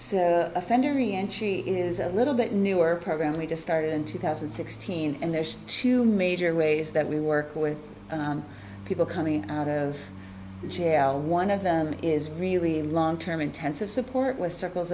she is a little bit newer programs we just started in two thousand and sixteen and there are two major ways that we work with people coming out of jail and one of them is really long term intensive support with circles